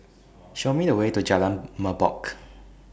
Show Me The Way to Jalan Merbok